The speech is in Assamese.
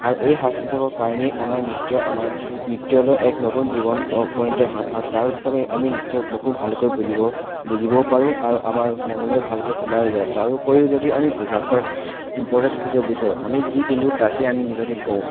আৰু এই সাজ পোছাকৰ কাৰণেই আমাৰ নৃত্যৰ আমাৰ নৃত্যলৈ এক নতুন জীৱন উপনীত হয় আৰু তাৰ হিচাপে আমি নৃত্যক বহু ভালকৈ বুজিব বুজিব পাৰোঁ আৰু আমাৰ মনলৈ ভালকৈ সোমায়ো যায় তাৰোপৰিও যদি আমি পূজাঘৰ ইম্পৰ্টেঞ্চ খুজিব বিচাৰোঁ আমি যি পিন্ধো তাকে আমি নিজকে কওঁ